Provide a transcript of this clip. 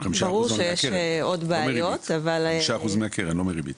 לא מהריבית?